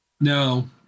No